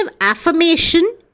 affirmation